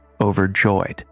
overjoyed